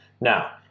Now